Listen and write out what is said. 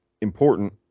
important